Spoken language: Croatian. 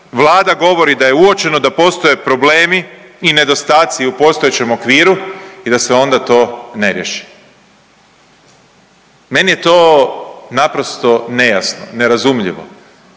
Vlada govori da je uočeno da postoje problemi i nedostatci u postojećem okviru i da se onda to ne riješi. Meni je to naprosto nejasno, nerazumljivo.